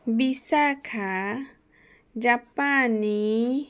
Vishakha Japani